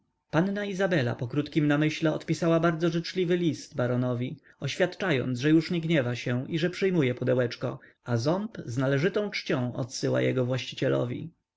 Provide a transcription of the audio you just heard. panna izabela po krótkim namyśle odpisała bardzo życzliwy list baronowi oświadczając że już nie gniewa się i że przyjmuje pudełeczko a ząb z należytą czcią odsyła jego właścicielowi